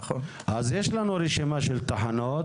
התחלתי בתודות